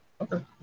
Okay